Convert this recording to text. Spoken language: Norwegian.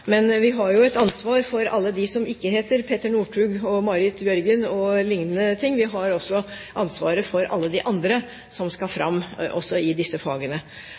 men vi har jo et ansvar for alle dem som ikke heter Petter Northug, Marit Bjørgen e.l. Vi har også ansvaret for alle de andre som skal fram også i disse fagene.